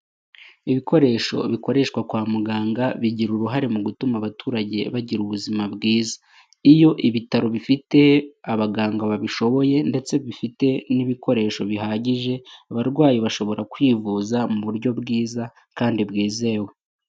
Ibikoresho bikoreshwa kwa muganga bigira uruhare mu gutuma abaturage bagira ubuzima bwiza, iyo ibitaro bifite abaganga babishoboye ndetse bifite n'ibikoresho bihagije, abarwayi bashobora kwivuza mu buryo bwiza kandi bwizewe.